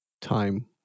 time